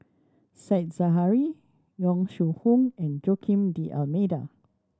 Said Zahari Yong Shu Hoong and Joaquim D'Almeida